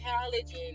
college